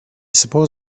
suppose